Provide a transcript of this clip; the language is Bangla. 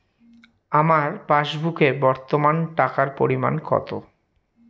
আমার পাসবুকে বর্তমান টাকার পরিমাণ কত?